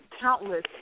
countless